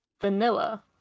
vanilla